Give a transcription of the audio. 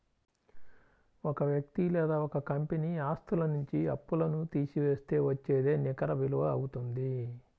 ఒక వ్యక్తి లేదా ఒక కంపెనీ ఆస్తుల నుంచి అప్పులను తీసివేస్తే వచ్చేదే నికర విలువ అవుతుంది